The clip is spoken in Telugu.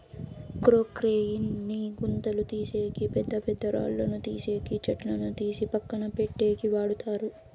క్రొక్లేయిన్ ని గుంతలు తీసేకి, పెద్ద పెద్ద రాళ్ళను తీసేకి, చెట్లను తీసి పక్కన పెట్టేకి వాడతారు